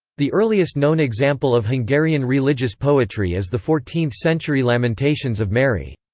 the earliest known example of hungarian religious poetry is the fourteenth century lamentations of mary.